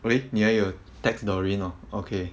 eh 你还有 text doreen oh okay